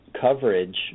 coverage